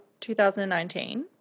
2019